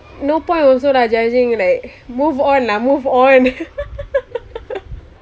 no point also lah judging like move on lah move on